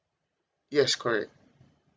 yes correct